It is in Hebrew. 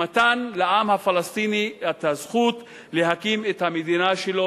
למתן הזכות לעם הפלסטיני להקים את המדינה שלו